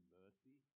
mercy